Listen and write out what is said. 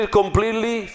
completely